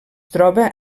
troba